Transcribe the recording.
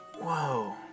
Whoa